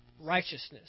righteousness